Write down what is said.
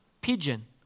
pigeon